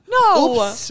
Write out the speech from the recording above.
No